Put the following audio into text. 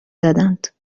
دادند